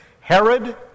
Herod